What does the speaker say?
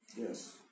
Yes